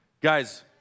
Guys